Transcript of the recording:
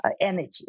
energy